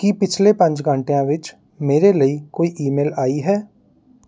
ਕੀ ਪਿਛਲੇ ਪੰਜ ਘੰਟਿਆਂ ਵਿੱਚ ਮੇਰੇ ਲਈ ਕੋਈ ਈਮੇਲ ਆਈ ਹੈ